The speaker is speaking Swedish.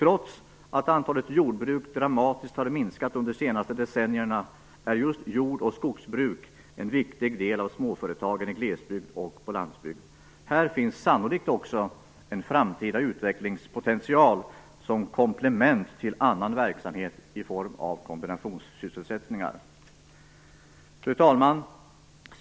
Trots att antalet jordbruk dramatiskt har minskat under de senaste decennierna är just jord och skogsbruk en viktig del av småföretagen i glesbygd och på landsbygd. Här finns sannolikt också en framtida utvecklingspotential som komplement till annan verksamhet i form av kombinationssysselsättningar. Fru talman!